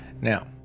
Now